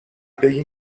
بگین